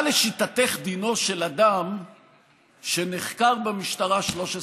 מה לשיטתך דינו של אדם שנחקר במשטרה 13 שעות?